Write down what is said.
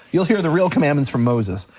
you'll hear the real commandments from moses.